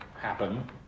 happen